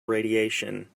radiation